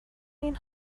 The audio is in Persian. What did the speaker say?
این